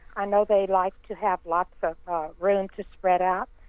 i know they like to have lots of room to spread out.